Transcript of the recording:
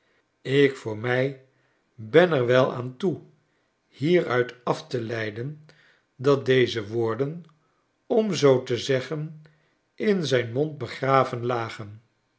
ik voor mij ben er wel aan toe meruit af te leiden dat deze woorden om zoo te zeggen in zyn mond begraven lagen